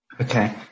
Okay